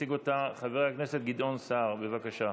יציג אותה חבר הכנסת גדעון סער, בבקשה.